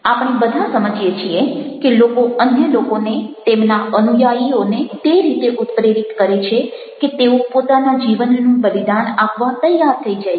આપણે બધા સમજીએ છીએ કે લોકો અન્ય લોકોને તેમના અનુયાયીઓને તે રીતે ઉત્પ્રેરિત કરે છે કે તેઓ પોતાના જીવનનું બલિદાન આપવા તૈયાર થઈ જાય છે